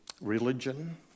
Religion